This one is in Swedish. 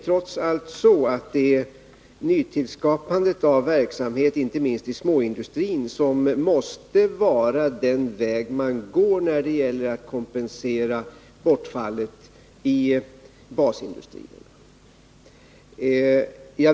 Trots allt är det nyskapandet av verksamhet, inte minst i småindustrin, som måste vara den väg man går för att kompensera bortfallet i basindustrierna.